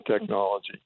technology